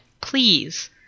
please